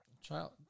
Child